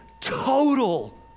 total